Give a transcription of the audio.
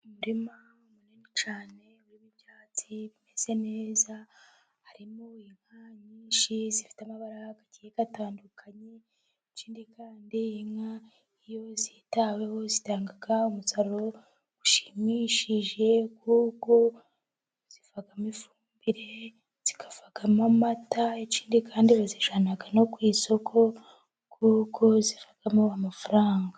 Mu murima munini cyane w'byatsi bimeze neza, harimo inka nyinshi zifite amabara agiye atandukanye, ikindi kandi inka iyo zitaweho zitanga umusaruro ushimishije, kuko zivamo ifumbire, zikavamo amata, ikindi kandi bazijyana no ku isoko, kuko zivamo amafaranga.